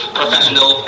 professional